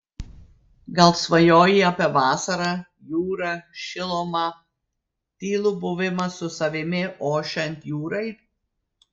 gal svajoji apie vasarą jūrą šilumą tylų buvimą su savimi ošiant jūrai